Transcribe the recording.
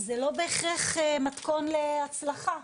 זה לא בהכרח מתכון להצלחה.